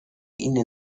ihnen